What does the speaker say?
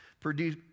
produce